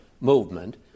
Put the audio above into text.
movement